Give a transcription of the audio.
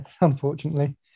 unfortunately